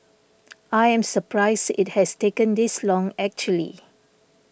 I am surprised it has taken this long actually